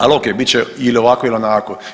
Ali ok, bit će ili ovako ili onako.